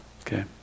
okay